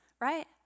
right